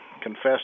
confessed